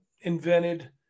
invented